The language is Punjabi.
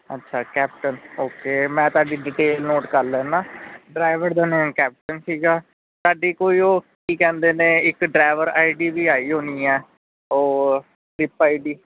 ਅੱਛਾ ਕੈਪਟਨ ਓਕੇ ਮੈਂ ਤੁਹਾਡੀ ਡਿਟੇਲ ਨੋਟ ਕਰ ਲੈਂਦਾ ਡਰਾਈਵਰ ਦਾ ਨੇਮ ਕੈਪਟਨ ਸੀਗਾ ਸਾਡੀ ਕੋਈ ਉਹ ਕੀ ਕਹਿੰਦੇ ਨੇ ਇੱਕ ਡਰਾਈਵਰ ਆਈ ਡੀ ਵੀ ਆਈ ਹੋਣੀ ਆ ਉਹ ਸਲਿਪ ਆਈ ਡੀ